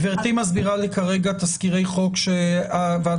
גברתי מסבירה לי כרגע תזכירי חוק שוועדת